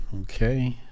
Okay